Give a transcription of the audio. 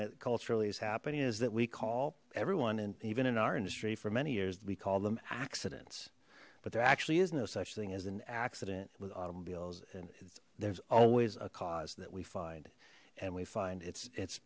that culturally is happening is that we call everyone and even in our industry for many years we call them accidents but there actually is no such thing as an accident with automobiles and there's always a cause that we find and we find it's it's